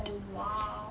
oh !wow!